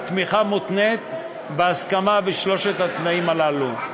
והתמיכה מותנית בהסכמה לשלושת התנאים הללו.